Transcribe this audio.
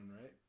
right